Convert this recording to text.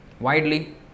Widely